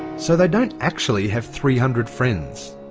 so they don't actually have three hundred friends.